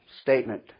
statement